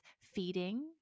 feeding